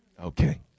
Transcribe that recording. Okay